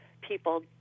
people